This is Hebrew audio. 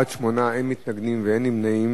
בעד, 8, אין מתנגדים ואין נמנעים.